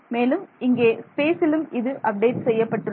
மேலும் இங்கே ஸ்பேசிலும் இது அப்டேட் செய்யப்பட்டுள்ளது